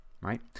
right